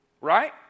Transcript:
right